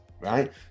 Right